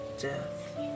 death